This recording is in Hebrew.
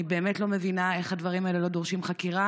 אני באמת לא מבינה איך הדברים האלה לא דורשים חקירה,